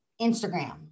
Instagram